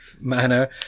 manner